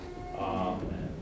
Amen